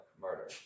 murder